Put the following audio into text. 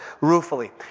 ruefully